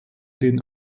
den